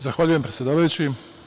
Zahvaljujem, predsedavajući.